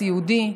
הסיעודי,